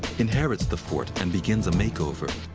inherits the fort and begins a makeover.